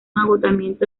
agotamiento